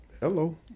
hello